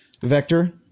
vector